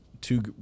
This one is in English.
two